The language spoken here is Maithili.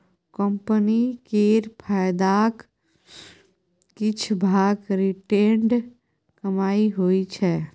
कंपनी केर फायदाक किछ भाग रिटेंड कमाइ होइ छै